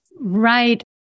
Right